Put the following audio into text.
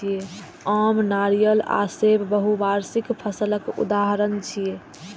आम, नारियल आ सेब बहुवार्षिक फसलक उदाहरण छियै